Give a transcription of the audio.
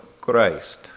Christ